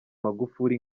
magufuli